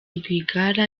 rwigara